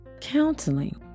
counseling